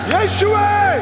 Yeshua